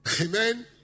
Amen